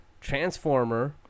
transformer